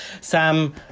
Sam